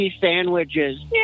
sandwiches